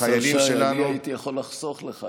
החיילים שלנו, השר שי, אני הייתי יכול לחסוך לך.